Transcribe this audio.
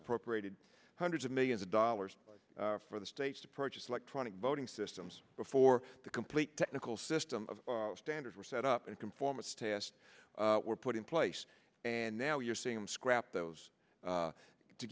appropriated hundreds of millions of dollars for the states to purchase electronic voting systems before the complete technical system of standards were set up and conformance tests were put in place and now you're seeing them scrap those